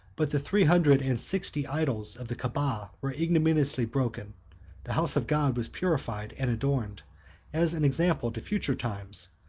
but the three hundred and sixty idols of the caaba were ignominiously broken the house of god was purified and adorned as an example to future times,